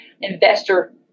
investor